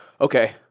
Okay